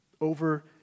over